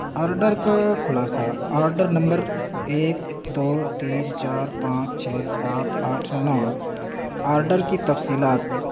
order کا خلاصہ order number ایک دو تین چار پانچ چھ سات آٹھ نو آرڈر کی تفصیلات